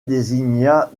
désigna